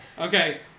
Okay